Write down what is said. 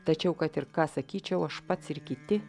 tačiau kad ir ką sakyčiau aš pats ir kiti